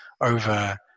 over